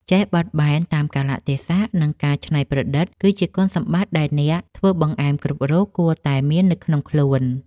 ចេះបត់បែនតាមកាលៈទេសៈ និងការច្នៃប្រឌិត គឺជាគុណសម្បត្តិដែលអ្នកធ្វើបង្អែមគ្រប់រូបគួរតែមាននៅក្នុងខ្លួន។